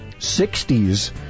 60s